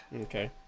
Okay